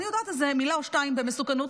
אני יודעת מילה או שתיים במסוכנות.